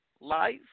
Live